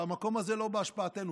והמקום הזה לא בהשפעתנו.